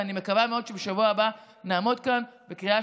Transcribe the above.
ואני מקווה מאוד שבשבוע הבא נעמוד כאן בקריאה